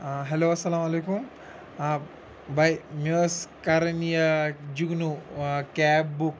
hello اَسَلامُ علیکُم بَے مےٚ ٲس کَرٕنۍ یہِ جگنوٗ کیب بُک